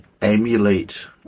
emulate